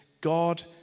God